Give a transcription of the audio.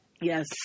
Yes